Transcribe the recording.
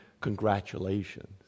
congratulations